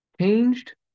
changed